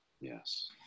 Yes